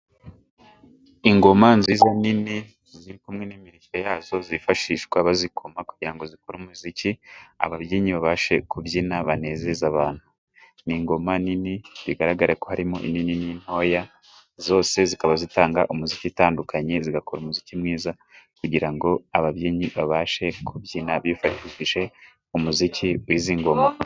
Ingoma nziza nini ziri kumwe n'imirishyo yazo, zifashishwa bazikoma kugira ngo zikore umuziki ababyinnyi babashe kubyina, banezeza abantu. Ni ingoma nini bigaragare ko harimo inini n'intoya, zose zikaba zitanga umuziki utandukanye zigakora umuziki mwiza, kugira ngo ababyinnyi babashe kubyina bifashishije umuziki w'izi ngoma.